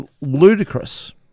ludicrous